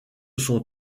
sont